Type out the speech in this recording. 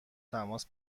تماس